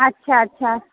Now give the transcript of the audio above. अच्छा अच्छा